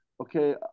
okay